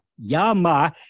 Yama